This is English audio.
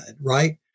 right